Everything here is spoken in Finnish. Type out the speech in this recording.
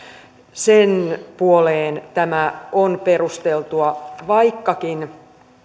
sen puoleen tämä on perusteltua vaikkakin